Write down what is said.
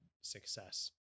success